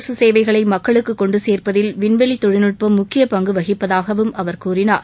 அரசு சேவைகளை மக்களுக்கு கொண்டு சேர்ப்பதில் விண்வெளி தொழில்நுட்பம் முக்கிய பங்கு வகிப்பதாகவும் அவர் கூறினார்